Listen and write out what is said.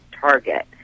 target